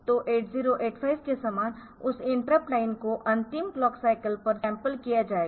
तो 8085 के समान उस इंटरप्ट लाइन को अंतिम क्लॉक साईकल पर सैम्पल किया जाएगा